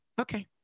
Okay